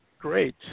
Great